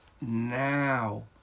now